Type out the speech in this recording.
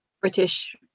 British